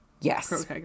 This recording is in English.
yes